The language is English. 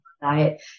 diet